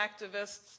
activists